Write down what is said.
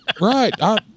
right